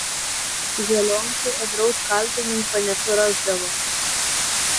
zelionkė ėdraus kaltininko nesurasdavo